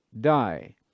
die